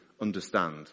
understand